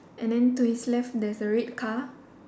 and then to his left there's a red car